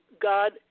god